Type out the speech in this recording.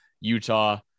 Utah